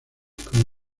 como